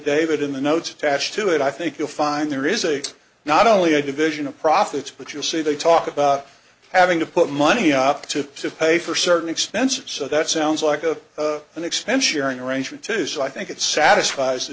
affidavit in the notes attached to it i think you'll find there is a not only a division of profits but you see they talk about having to put money up to to pay for certain expenses so that sounds like a an expense you're an arrangement too so i think it satisfies